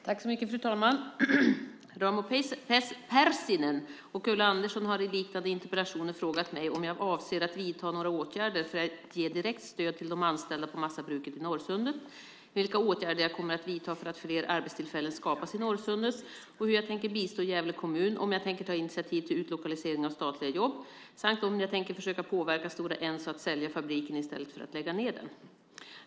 Fru talman! Raimo Pärssinen och Ulla Andersson har i liknande interpellationer frågat mig om jag avser att vidta några åtgärder för att ge direkt stöd till de anställda på massabruket i Norrsundet, vilka åtgärder jag kommer att vidta för att fler arbetstillfällen skapas i Norrsundet, hur jag tänker bistå Gävle kommun, om jag tänker ta initiativ till utlokalisering av statliga jobb, samt om jag tänker försöka påverka Stora Enso att sälja fabriken i stället för att lägga ned den.